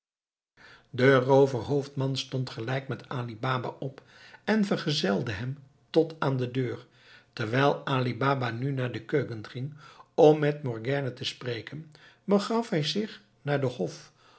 de rooverhoofdman stond tegelijk met ali baba op en vergezelde hem tot aan de deur terwijl ali baba nu naar de keuken ging om met morgiane te spreken begaf hij zich naar den hof